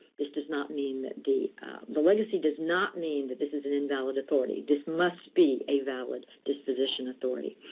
this does not mean that the the legacy does not mean that this is an invalid authority. this must be a valid disposition authority.